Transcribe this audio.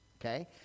Okay